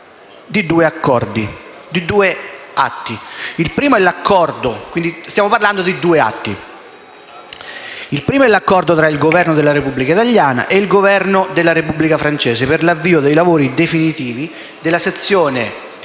alla ratifica di due atti: il primo è l'Accordo tra il Governo della Repubblica italiana e il Governo della Repubblica francese per l'avvio dei lavori definitivi della sezione